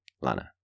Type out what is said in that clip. Lana